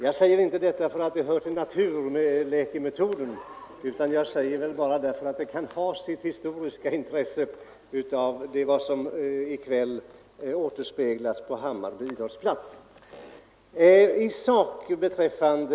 Jag säger inte detta därför att det skulle ha någonting att göra med naturläkemetoder, utan jag nämner det därför att vad som i kväll återspeglas på Hammarby idrottsplats kan ha sitt historiska intresse.